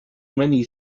many